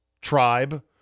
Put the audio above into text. tribe